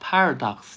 Paradox，